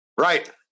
right